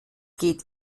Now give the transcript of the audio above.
geht